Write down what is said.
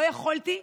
לא יכולתי,